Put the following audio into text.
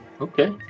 Okay